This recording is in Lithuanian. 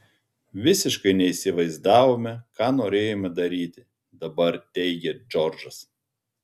visiškai neįsivaizdavome ką norėjome daryti dabar teigia džordžas